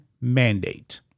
mandate